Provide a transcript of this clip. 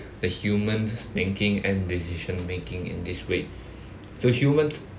the human's thinking and decision making in this way so humans